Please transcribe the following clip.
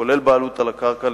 כולל בעלות על הקרקע,